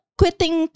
quitting